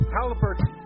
Halliburton